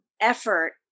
effort